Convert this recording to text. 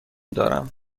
دارم